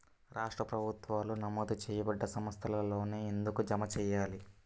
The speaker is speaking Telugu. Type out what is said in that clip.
రాష్ట్ర ప్రభుత్వాలు నమోదు చేయబడ్డ సంస్థలలోనే ఎందుకు జమ చెయ్యాలి?